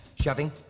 Shoving